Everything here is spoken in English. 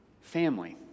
family